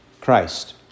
Christ